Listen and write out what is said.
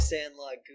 Sandlot